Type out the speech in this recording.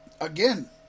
again